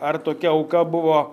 ar tokia auka buvo